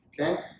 okay